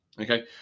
Okay